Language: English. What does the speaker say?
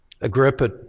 Agrippa